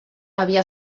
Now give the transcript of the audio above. havia